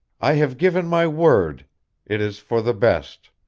i have given my word it is for the best.